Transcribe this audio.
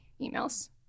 emails